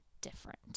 different